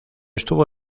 estuvo